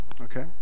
Okay